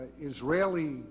Israeli